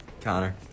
connor